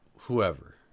Whoever